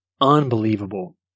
Unbelievable